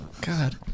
God